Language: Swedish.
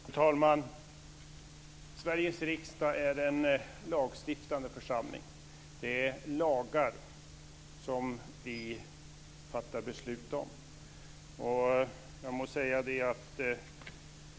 Fru talman! Sveriges riksdag är en lagstiftande församling. Det är lagar som vi fattar beslut om.